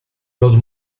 los